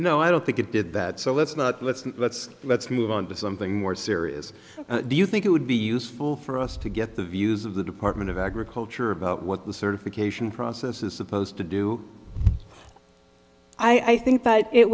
no i don't think it did that so let's not let's let's let's move on to something more serious do you think it would be useful for us to get the views of the department of agriculture about what the certification process is supposed to do i think that it